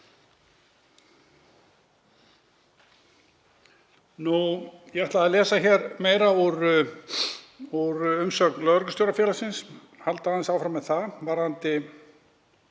Ég ætla að lesa meira úr umsögn Lögreglustjórafélagsins, halda aðeins áfram með það, varðandi